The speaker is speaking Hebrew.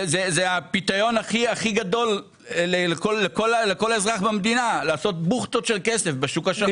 זה הפיתיון הכי גדול לכל אזרח במדינה לעשות בוכטות של כסף בשוק השחור.